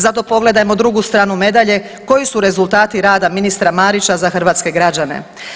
Zato pogledajmo drugu stranu medalje koji su rezultati rada ministra Marića za hrvatske građane.